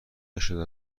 نشده